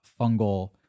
fungal